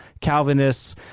Calvinists